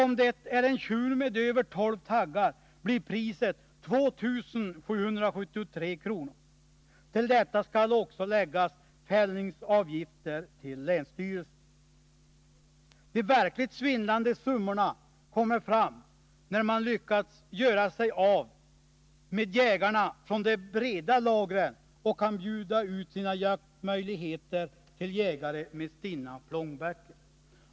Om det är en tjur med över tolv taggar blir priset 2 773 kr. ; till detta skall också läggas fällningsavgift till länsstyrelse. De verkligt svindlande summorna kommer fram när man lyckats göra sig av med jägarna från de breda lagren och kan bjuda ut sina jaktmöjligheter till jägare med stinna plånböcker.